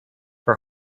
her